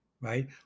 right